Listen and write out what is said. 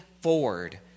forward